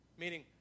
meaning